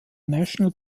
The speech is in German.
national